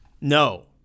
no